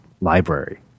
library